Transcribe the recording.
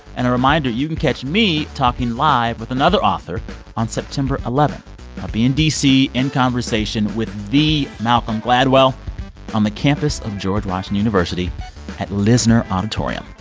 and a reminder, you can catch me talking live with another author on september eleven. i'll be in d c. in conversation with the malcolm gladwell on the campus of george washington university at lisner auditorium.